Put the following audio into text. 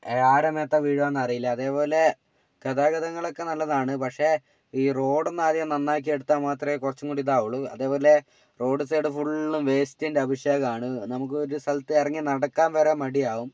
ആരുടെ മേത്താണ് വീഴുകയെന്നറിയില്ല അതേപോലെ ഗതാഗതങ്ങളൊക്കെ നല്ലതാണ് പക്ഷെ ഈ റോഡ് ഒന്ന് ആദ്യം നന്നാക്കിയെടുത്താൽ മാത്രമേ കുറച്ചും കൂടി ഇതാവുള്ളു അതേപോലെ റോഡ് സൈഡ് ഫുള്ളും വേസ്റ്റിന്റെ അഭിഷേകമാണ് നമുക്ക് ഒരു സ്ഥലത്ത് ഇറങ്ങി നടക്കാൻ വരെ മടിയാവും